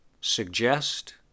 suggest